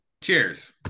Cheers